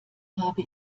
habe